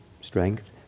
strength